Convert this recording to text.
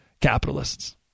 capitalists